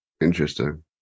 Interesting